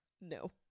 No